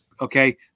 Okay